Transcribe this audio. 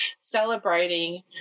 celebrating